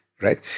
right